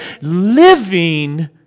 living